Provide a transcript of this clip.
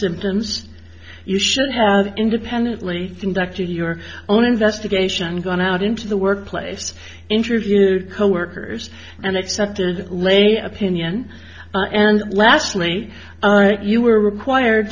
symptoms you should have independently inducted your own investigation going out into the workplace interview coworkers and accepted lady opinion and lastly you were required